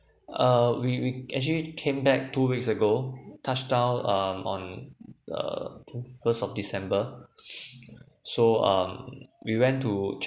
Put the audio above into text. uh we we actually came back two weeks ago touchdown um on err first of december so um we went to